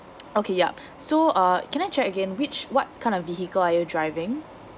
okay yup so uh can I check again which what kind of vehicle are you driving